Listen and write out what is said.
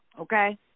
Okay